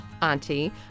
auntie